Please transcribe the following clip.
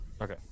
Okay